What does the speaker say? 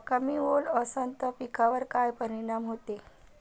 कमी ओल असनं त पिकावर काय परिनाम होते?